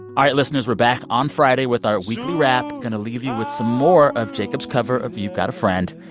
all right, listeners. we're back on friday with our weekly wrap. going to leave you with some more of jacob's cover of you've got a friend.